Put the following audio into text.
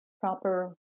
proper